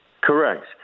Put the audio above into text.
Correct